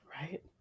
Right